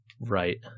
Right